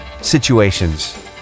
situations